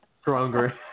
stronger